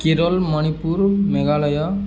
Kerala Manipur Meghalaya